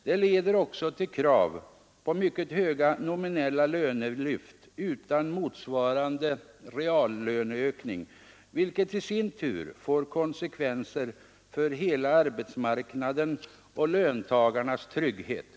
Det leder också till krav på mycket höga nominella lönelyft utan motsvarande reallöneökning, vilket i sin tur får konsekvenser för hela arbetsmarknaden och löntagarnas trygghet.